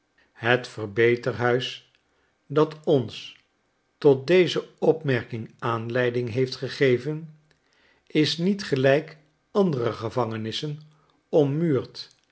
het verbeterhuis dat ons tot deze opmerking aanleiding heeft gegeven is niet gelijk andere gevangenissen ommuurd